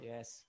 Yes